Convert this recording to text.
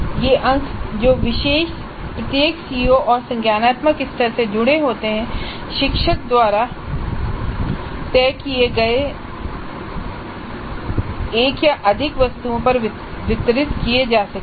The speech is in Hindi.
ये अंक जो प्रत्येक सीओ और संज्ञानात्मक स्तर से जुड़े होते हैं शिक्षक द्वारा तय किए गए अनुसार एक या अधिक वस्तुओं पर वितरित किए जा सकते हैं